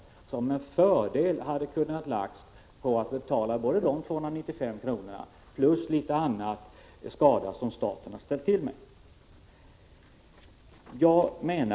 Dessa pengar hade med fördel kunnat användas till att betala både de 295 kronorna och litet för annan skada som staten har ställt till med.